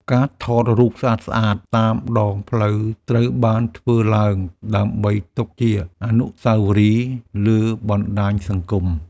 ការថតរូបស្អាតៗតាមដងផ្លូវត្រូវបានធ្វើឡើងដើម្បីទុកជាអនុស្សាវរីយ៍លើបណ្ដាញសង្គម។